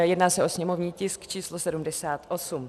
Jedná se o sněmovní tisk číslo 78.